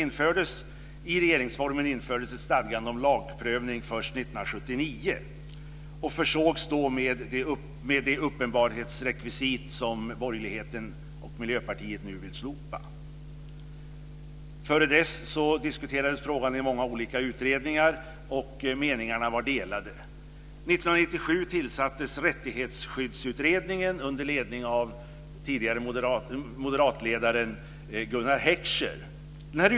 I regeringsformen infördes ett stadgande om lagprövning först 1979 och försågs då med det uppenbarhetsrekvisit som borgerligheten och Miljöpartiet nu vill slopa. Dessförinnan diskuterades frågan i många olika utredningar, och meningarna var delade. År 1977 tillsattes Rättighetsskyddsutredningen under ledning av tidigare moderatledaren Gunnar Heckscher.